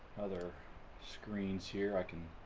other screens here. i can